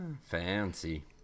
fancy